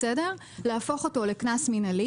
להפוך אותו לקנס מנהלי